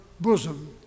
bosom